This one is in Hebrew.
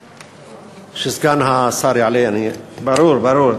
כשסגן השר יעלה אני, ברור, ברור.